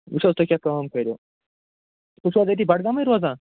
وٕچھِ حظ تُہۍ کیٛاہ کٲم کٔرِو تُہۍ چھِو حظ أتی بڈگامٕے روزان